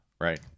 right